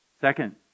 Second